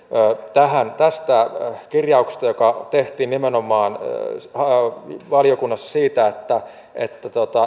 tähän tästä kirjauksesta joka tehtiin valiokunnassa nimenomaan siitä että